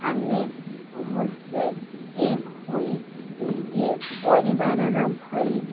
ଆମେ ସମସ୍ତେ ଏକ ହୋଇ ଗୋଟିଏ ପରିବାର ର ଭଳି